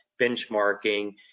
benchmarking